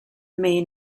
main